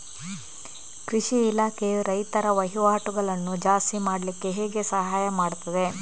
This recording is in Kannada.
ಕೃಷಿ ಇಲಾಖೆಯು ರೈತರ ವಹಿವಾಟುಗಳನ್ನು ಜಾಸ್ತಿ ಮಾಡ್ಲಿಕ್ಕೆ ಹೇಗೆ ಸಹಾಯ ಮಾಡ್ತದೆ?